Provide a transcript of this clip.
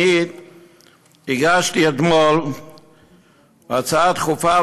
הגשתי אתמול הצעה דחופה,